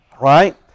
right